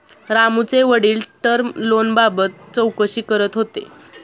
रामूचे वडील टर्म लोनबाबत चौकशी करत होते